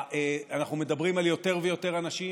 אנחנו מדברים על יותר ויותר אנשים,